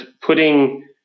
putting